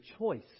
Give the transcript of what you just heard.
choice